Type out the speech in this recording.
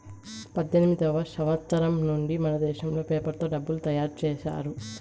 పద్దెనిమిదివ సంవచ్చరం నుండి మనదేశంలో పేపర్ తో డబ్బులు తయారు చేశారు